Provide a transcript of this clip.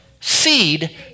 seed